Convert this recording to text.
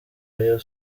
rayon